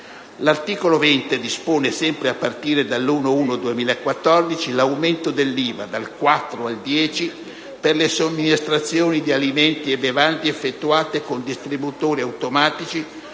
L'articolo 20 dispone, sempre a partire dal 1° gennaio 2014, l'aumento dell'IVA dal 4 al 10 per cento per le somministrazioni di alimenti e bevande effettuate con distributori automatici